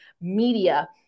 media